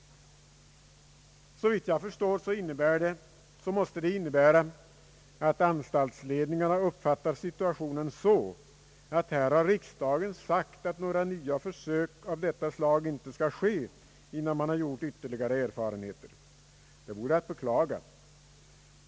Såvitt jag förstår måste det innebära att anstaltsledningarna uppfattar situationen så, att riksdagen har sagt att några nya försök av detta slag inte skall ske innan man har gjort ytterligare erfarenheter. Det vore att beklaga.